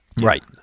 Right